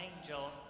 angel